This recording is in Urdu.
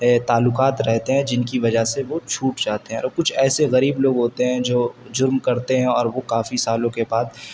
تعلقات رہتے ہیں جن کی وجہ سے وہ چھوٹ جاتے ہیں اور کچھ ایسے غریب لوگ ہوتے ہیں جو جرم کرتے ہیں اور وہ کافی سالوں کے بعد